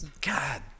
God